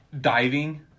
diving